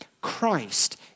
Christ